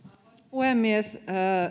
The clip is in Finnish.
puhemies